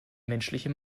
menschliche